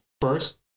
first